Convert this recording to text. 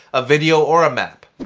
a video or a map.